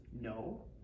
no